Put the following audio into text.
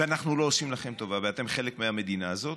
ואנחנו לא עושים לכם טובה, ואתם חלק מהמדינה הזאת,